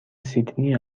سیدنی